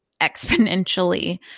exponentially